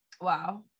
Wow